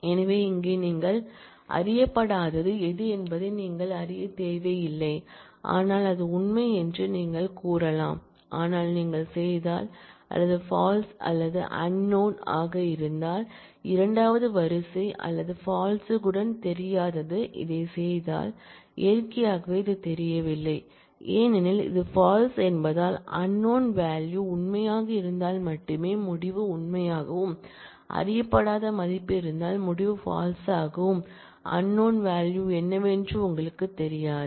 எனவே இங்கே நீங்கள் அறியப்படாதது எது என்பதை நீங்கள் அறியத் தேவையில்லை ஆனால் அது உண்மை என்று நீங்கள் கூறலாம் ஆனால் நீங்கள் செய்தால் அல்லது பால்ஸ் அல்லது அன்நோன் வால்யூ ஆக இருந்தால் இரண்டாவது வரிசை அல்லது பால்ஸ்டன் தெரியாதது இதைச் செய்தால் இயற்கையாகவே இது தெரியவில்லை ஏனெனில் இது பால்ஸ் என்பதால் அன்நோன் வால்யூ உண்மையாக இருந்தால் மட்டுமே முடிவு உண்மையாகவும் அறியப்படாத மதிப்பு பால்ஸ் இருந்தால் முடிவு பால்ஸ் ஆகவும் இருக்கும் அந்த அன்நோன் வால்யூ என்னவென்று உங்களுக்குத் தெரியாது